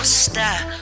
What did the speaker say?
stop